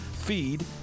Feed